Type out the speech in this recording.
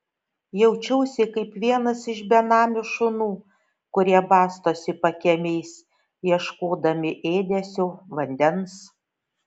jaučiausi kaip vienas iš benamių šunų kurie bastosi pakiemiais ieškodami ėdesio vandens